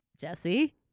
Jesse